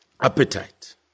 appetite